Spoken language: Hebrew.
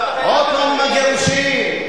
עוד פעם עם הגירושים?